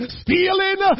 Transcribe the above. stealing